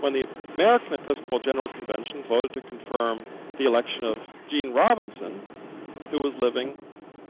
when the american episcopal general convention voted to confirm the election of gene robinson who was living